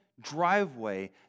driveway